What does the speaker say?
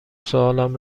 سوالم